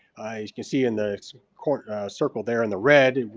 you can see in the corner circle there in the red,